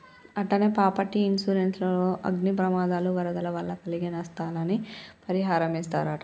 అట్టనే property insurance లో అగ్ని ప్రమాదాలు, వరదల వల్ల కలిగే నస్తాలని పరిహారమిస్తరట